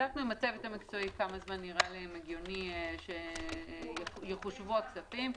בדקנו עם הצוות המקצועי כמה זמן נראה להם הגיוני שיחושבו הכספים.